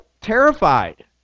terrified